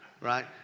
right